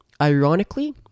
Ironically